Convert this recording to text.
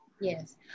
Yes